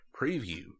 Preview